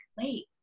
wait